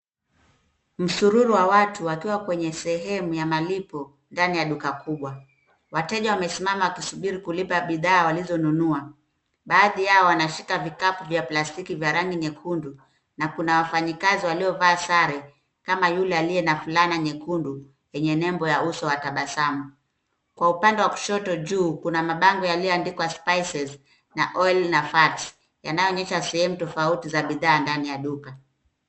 Msururu wa watu wakiwa kwenye sehemu ya malipo ndani ya duka kubwa. Wateja wamesimama wakisubiri kulipa bidhaa walizonunua. Baadhi yao wanashika vikapu vya plastiki vya rangi nyekundu na kuna wafanyikazi waliovaa sare kama yule aliye na fulana nyekundu yenye lebo ya uso wa tabasamu. Kwa upande wa kushoto juu kuna mabango yaliyoandikwa spices na oil na fats yanayoonyesha sehemu tofauti za bidhaa ndani ya duka